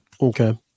Okay